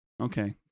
Okay